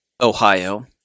Ohio